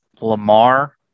Lamar